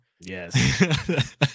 Yes